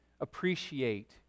appreciate